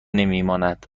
نمیماند